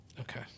Okay